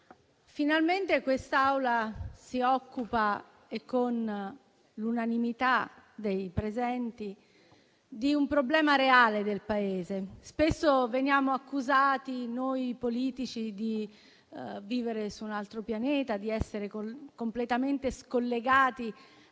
finalmente quest'Assemblea si occupa, e con l'unanimità dei presenti, di un problema reale del Paese. Spesso veniamo accusati, noi politici, di vivere su un altro pianeta, di essere completamente scollegati